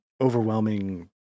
overwhelming